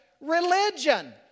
religion